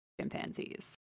chimpanzees